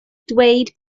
ddweud